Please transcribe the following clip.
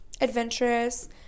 adventurous